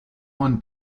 one